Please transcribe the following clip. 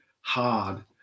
hard